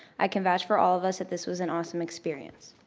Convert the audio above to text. i can vouch for all of us that this was an awesome experience.